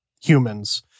humans